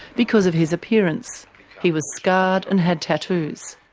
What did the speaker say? because of his appearance he was scarred and had tattoos.